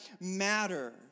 matter